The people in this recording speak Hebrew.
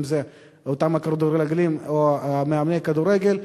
אם אלה אותם כדורגלנים או מאמני כדורגל,